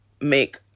make